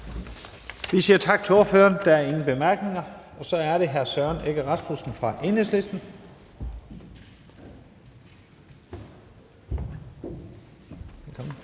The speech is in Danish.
Vi siger tak til ordføreren. Der er ingen korte bemærkninger. Så er det hr. Søren Egge Rasmussen fra Enhedslisten.